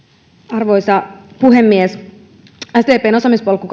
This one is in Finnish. arvoisa puhemies sdpn osaamispolku